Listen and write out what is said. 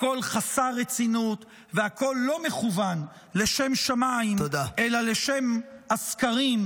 הכול חסר רצינות והכול לא מכוון לשם שמיים אלא לשם הסקרים,